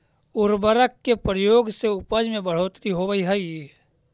उर्वरक के प्रयोग से उपज में बढ़ोत्तरी होवऽ हई